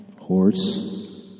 Horse